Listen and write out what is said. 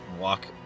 walk